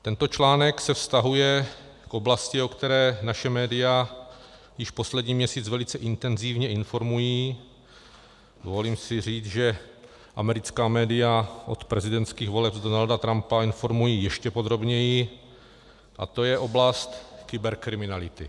Tento článek se vztahuje k oblasti, o které naše média už poslední měsíc velice intenzivně informují, dovoluji si říct, že americká média od prezidentských voleb Donalda Trumpa informují ještě podrobněji, a to je oblast kyberkriminality.